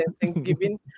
Thanksgiving